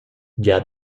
gia